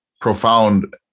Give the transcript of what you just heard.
profound